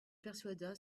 persuada